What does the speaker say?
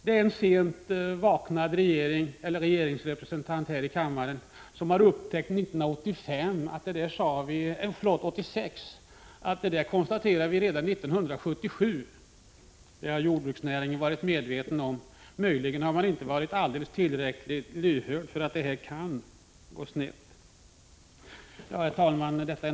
Det är en sent uppvaknad regeringsrepresentant här i kammaren som 1986 har upptäckt vad som konstaterades redan 1977. Detta har jordbruksnäringen varit medveten om — möjligen har man inte varit tillräckligt lyhörd för att det kunde gå snett. Herr talman!